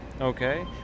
okay